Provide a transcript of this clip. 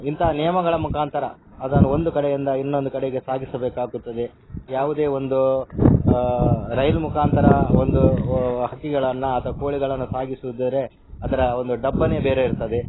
ಇಂಥ ನಿಯಮಗಳ ಮುಖಾಂತರ ಅದನ್ನು ಒಂದು ಕಡೆಯಿಂದ ಇನ್ನೊಂದು ಕಡೆಗೆ ಸಾಗಿಸಬೇಕಾಗುತ್ತದೆ ಯಾವುದೇ ಒಂದು ರೈಲ್ ಮುಖಾಂತರ ಒಂದು ಹಕ್ಕಿಗಳನ್ನು ಅಥವಾ ಕೋಳಿಗಳನ್ನು ಸಾಗಿಸುವುದಾದರೆ ಅದರ ಒಂದು ಡಬ್ಬವೇ ಬೇರೆ ಇರ್ತದೆ